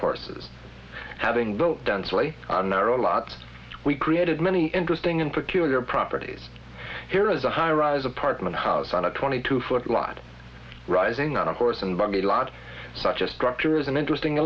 horses having built densely on our own lot we created many interesting and particular properties here is a high rise apartment house on a twenty two foot lot rising on a horse and buggy lot such a structure is an interesting